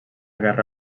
guerra